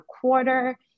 quarter